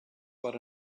what